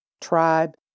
tribe